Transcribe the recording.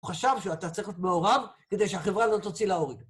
הוא חשב שאתה צריך להיות מעורב כדי שהחברה לא תוציא להורג.